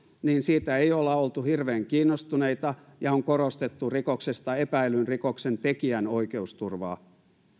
niin siitä ei olla oltu hirveän kiinnostuneita ja on korostettu rikoksesta epäillyn rikoksentekijän oikeusturvaa